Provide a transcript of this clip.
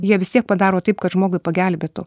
jie vis tiek padaro taip kad žmogui pagelbėtų